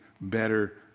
better